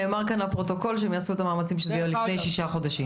נאמר כאן לפרוטוקול שהם יעשו את המאמצים שזה יהיה לפני שישה חודשים.